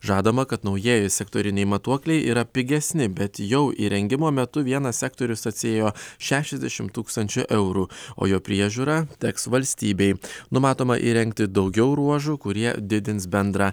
žadama kad naujieji sektoriniai matuokliai yra pigesni bet jau įrengimo metu vienas sektorius atsiėjo šešiasdešimt tūkstančių eurų o jo priežiūra teks valstybei numatoma įrengti daugiau ruožų kurie didins bendrą